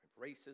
racism